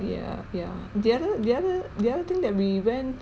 ya ya the other the other the other thing that we went